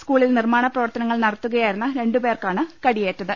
സ്കൂളിൽ നിർമ്മാണ് പ്രവർത്തനങ്ങൾ നടത്തുക യായിരുന്ന രണ്ടു പേർക്കാണ് കടിയേറ്റത്